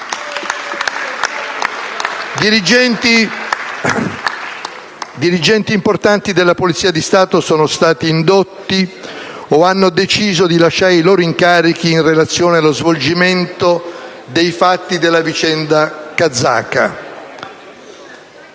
Dirigenti importanti della Polizia di Stato sono stati indotti o hanno deciso di lasciare i loro incarichi in relazione allo svolgimento dei fatti della vicenda kazaka.